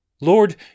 Lord